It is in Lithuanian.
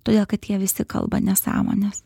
todėl kad jie visi kalba nesąmones